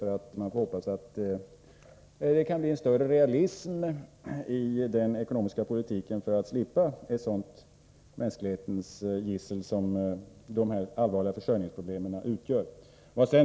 Det kan då bli en större realism i den ekonomiska politiken så att man slipper ett sådant mänsklighetens gissel som världssvälten utgör.